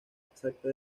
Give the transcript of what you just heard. exacta